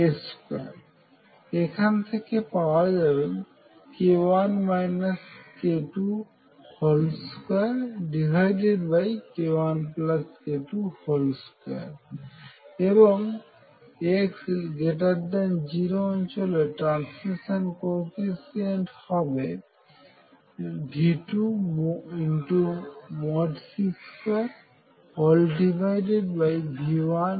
তাহলে এখান থেকে পাওয়া যাবে k1 k22 k1k22 এবং x0 অঞ্চলে ট্রান্সমিশন কোইফিশিয়েন্ট হবে v2C2v1A2